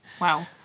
Wow